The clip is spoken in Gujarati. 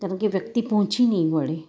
કારણ કે વ્યક્તિ પહોંચી નહીં વળે